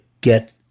get